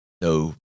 no